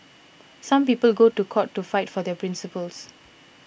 some people go to court to fight for their principles